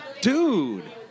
Dude